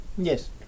Yes